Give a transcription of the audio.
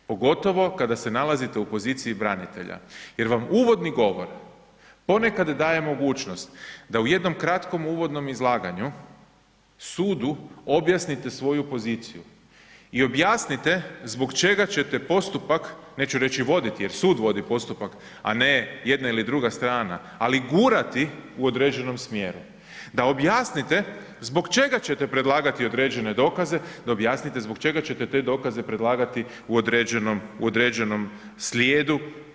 Pogotovo kada se nalazite u poziciji branitelja jer vam uvodni govor ponekad daje mogućnost da u jednom kratkom uvodnom izlaganju, sudu objasnite svoju poziciju i objasnite zbog ćete postupak, neću reći voditi jer sud vodi postupak a ne jedna ili druga strana ali gurati u određenom smjeru, da objasnite zbog čega ćete predlagati određene dokaze, da objasnite zbog čega ćete dokaze predlagati u određenom slijedu.